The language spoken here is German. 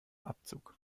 abzug